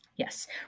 Yes